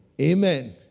Amen